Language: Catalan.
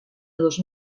dos